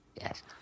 Yes